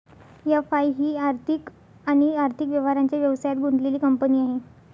FI ही आर्थिक आणि आर्थिक व्यवहारांच्या व्यवसायात गुंतलेली कंपनी आहे